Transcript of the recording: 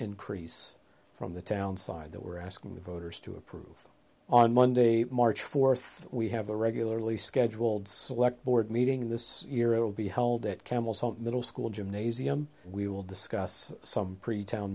increase from the town side that we're asking the voters to approve on monday march fourth we have a regularly scheduled select board meeting this year it will be held at campbell's home middle school gymnasium we will discuss some prieto